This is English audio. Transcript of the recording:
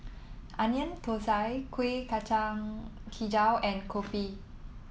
Onion Thosai Kueh Kacang hijau and Kopi